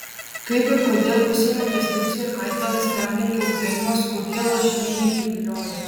kaip ir kodėl užsienio investicijų aitvaras neaplenkia ukrainos kokie lašiniai jį privilioja